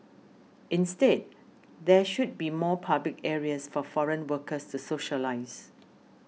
instead there should be more public areas for foreign workers socialise